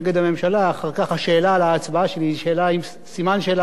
אחר כך השאלה על ההצבעה שלי היא שאלה עם סימן שאלה הרבה יותר גדול.